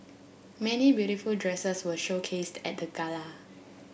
many beautiful dresses were showcased at the gala